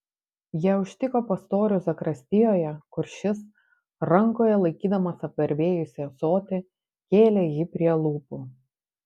jie užtiko pastorių zakristijoje kur šis rankoje laikydamas apvarvėjusį ąsotį kėlė jį prie lūpų